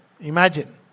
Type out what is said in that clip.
imagine